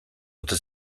ote